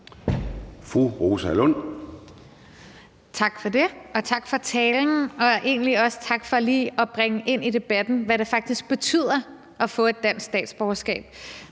Rosa Lund (EL): Tak for det, og tak for talen, og egentlig også tak for lige at bringe ind i debatten, hvad det faktisk betyder at få et dansk statsborgerskab.